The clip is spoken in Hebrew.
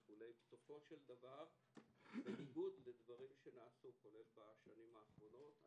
עיבוד ברים שנעשו בשנים האחרונות.